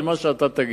זה מה שאתה תגיד.